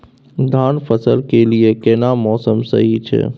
धान फसल के लिये केना मौसम सही छै?